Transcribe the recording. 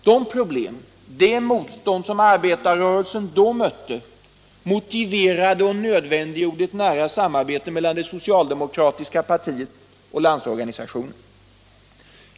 De problem och det motstånd som arbetarrörelsen då mötte motiverade och nödvändiggjorde ett nära samarbete mellan det socialdemokratiska partiet och Landsorganisationen.